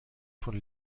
von